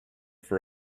for